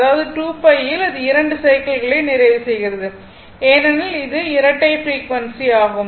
அதாவது 2π இல் இது 2 சைக்கிள்களை நிறைவு செய்கிறது ஏனெனில் இது இரட்டை ஃப்ரீக்வன்சி ஆகும்